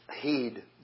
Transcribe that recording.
heed